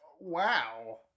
Wow